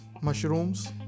Mushrooms